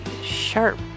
sharp